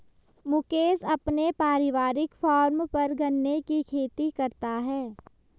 मुकेश अपने पारिवारिक फॉर्म पर गन्ने की खेती करता है